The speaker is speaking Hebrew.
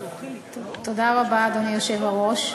אדוני היושב-ראש,